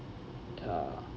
ya